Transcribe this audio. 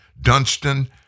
Dunstan